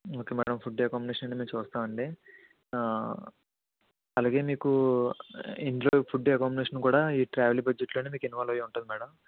okay madam food accommodation మేము చూస్తామండి అలాగే మీకు ఇందులో ఫుడ్ అకామిడేషన్ కూడా ఈ ట్రావెల్ బడ్జెట్లోనే మీకు ఇన్వాల్వ్ అయి ఉంటుంది మేడం